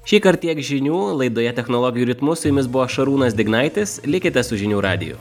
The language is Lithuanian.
šįkart tiek žinių laidoje technologijų ritmu su jumis buvo šarūnas dignaitis likite su žinių radiju